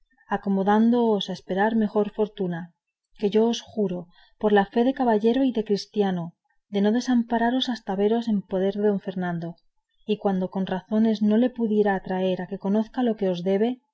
acomodándoos a esperar mejor fortuna que yo os juro por la fe de caballero y de cristiano de no desampararos hasta veros en poder de don fernando y que cuando con razones no le pudiere atraer a que conozca lo que os debe